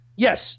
Yes